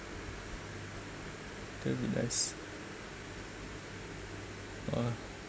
still be nice ah